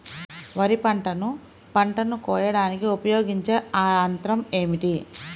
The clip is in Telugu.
వరిపంటను పంటను కోయడానికి ఉపయోగించే ఏ యంత్రం ఏమిటి?